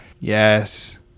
Yes